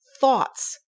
thoughts